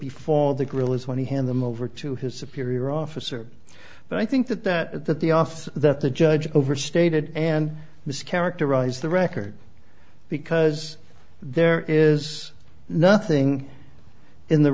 be for the guerrillas when he hand them over to his superior officer but i think that that that the office that the judge overstated and mischaracterized the record because there is nothing in the